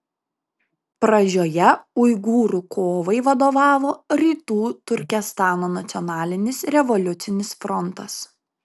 pradžioje uigūrų kovai vadovavo rytų turkestano nacionalinis revoliucinis frontas